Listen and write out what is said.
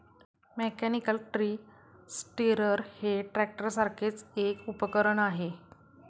mechanical tree stirrer हे ट्रॅक्टरसारखेच एक उपकरण आहे